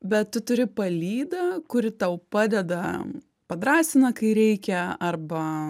bet tu turi palydą kuri tau padeda padrąsina kai reikia arba